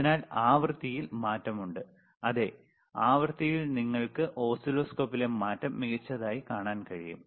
അതിനാൽ ആവൃത്തിയിൽ മാറ്റമുണ്ട് അതേ ആവൃത്തിയിൽ നിങ്ങൾക്ക് ഓസിലോസ്കോപ്പിലെ മാറ്റം മികച്ചതായി കാണാൻ കഴിയും